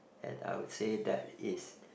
and I would say that is